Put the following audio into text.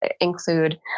include